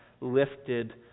lifted